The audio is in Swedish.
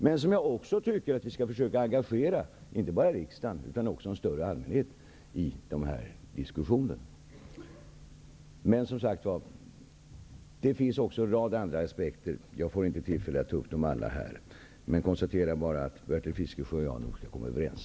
Men jag tycker att vi skall försöka engagera inte bara riksdagen utan också en större allmänhet i dessa diskussioner. Det finns en rad andra aspekter, men jag får inte tillfälle att ta upp dem till diskussion här. Jag konstaterar att Bertil Fiskesjö och jag nog skall komma överens.